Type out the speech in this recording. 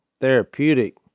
therapeutic